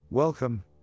Welcome